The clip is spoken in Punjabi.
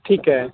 ਠੀਕ ਹੈ